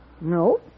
No